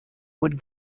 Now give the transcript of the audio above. would